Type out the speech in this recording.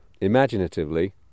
imaginatively